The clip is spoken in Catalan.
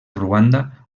ruanda